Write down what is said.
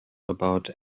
about